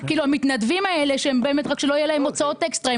המתנדבים האלה, שלא יהיו להם הוצאות אקסטרה.